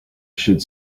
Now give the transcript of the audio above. should